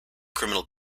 criminal